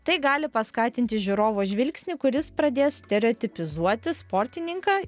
tai gali paskatinti žiūrovo žvilgsnį kuris pradės stereotipizuoti sportininką